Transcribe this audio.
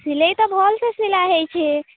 ସିଲେଇ ତ ଭଲ୍ସେ ସିଲା ହେଇଛେ